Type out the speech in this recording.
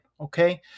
Okay